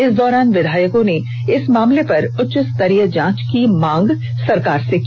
इस दौरान विधायकों ने इस मामले पर उच्च स्तरीय जांच की मांग सरकार से की